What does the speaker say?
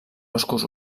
boscos